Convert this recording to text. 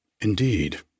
Indeed